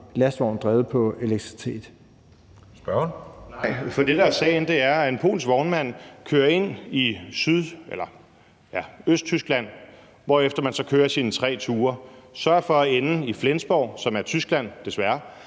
Morten Messerschmidt (DF): Nej, for det, der er sagen, er, at en polsk vognmand kører ind i Østtyskland, hvorefter man så kører sine tre ture, sørger for at ende i Flensborg, som er Tyskland – desværre